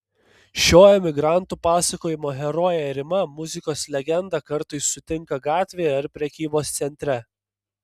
šio emigrantų pasakojimo herojė rima muzikos legendą kartais sutinka gatvėje ar prekybos centre